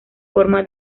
forma